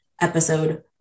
episode